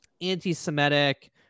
anti-semitic